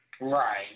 Right